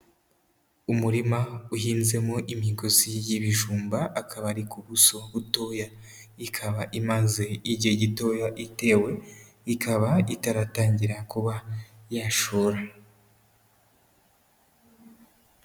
Umurima uhinzemo imigozi y'ibijumba akaba ari ku buso butoya. Ikaba imaze igihe gitoya itewe, ikaba itaratangira kuba yashora.